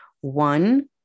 One